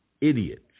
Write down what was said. idiots